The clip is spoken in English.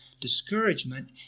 Discouragement